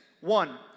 One